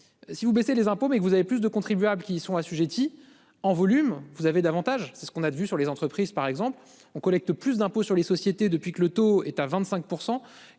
si vous baissez les impôts mais vous avez plus de contribuables qui sont assujettis en volume. Vous avez davantage, c'est ce qu'on a vu sur les entreprises, par exemple on collecte plus d'impôt sur les sociétés depuis que le taux est à 25%